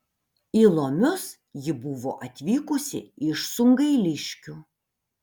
į lomius ji buvo atvykusi iš sungailiškių